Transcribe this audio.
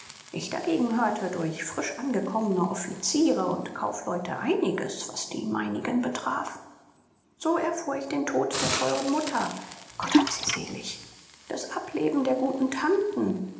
ich dagegen hörte durch frisch angekommene offiziere und kaufleute einiges was die meinen betraf so erfuhr ich den tod der teuren mutter gott hab sie selig das ableben der guten tanten